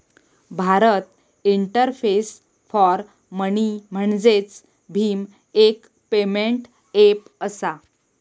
Bharat interface for money म्हणजेच भीम, एक पेमेंट ऐप असा